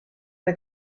mae